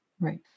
right